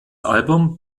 album